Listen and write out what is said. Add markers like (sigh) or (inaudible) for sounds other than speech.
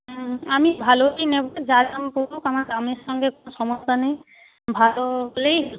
হুম আমি ভালোই নেব যা দাম পড়ুক আমার দামের সঙ্গে কোনো সমস্যা নেই ভালো পেলেই (unintelligible)